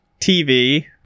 TV